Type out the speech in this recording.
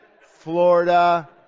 Florida